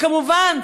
וכמובן,